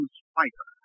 spider